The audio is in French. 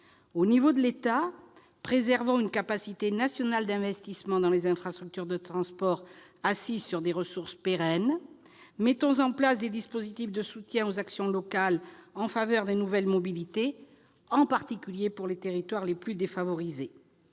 suggérons de préserver une capacité nationale d'investissement dans les infrastructures de transport, assise sur des ressources pérennes, et de mettre en place des dispositifs de soutien aux actions locales en faveur des nouvelles mobilités, en particulier pour les territoires les plus défavorisés.